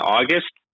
August